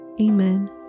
Amen